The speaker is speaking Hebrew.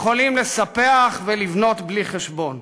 ויכולים לספח ולבנות בלי חשבון.